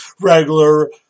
regular